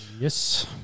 Yes